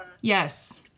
Yes